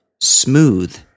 smooth